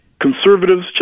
conservatives